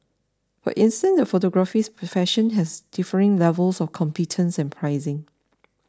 for instance the photography profession has differing levels of competence and pricing